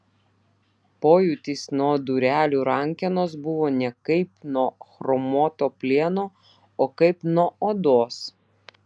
pojūtis nuo durelių rankenos buvo ne kaip nuo chromuoto plieno o kaip nuo odos